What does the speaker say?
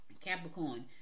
Capricorn